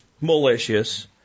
malicious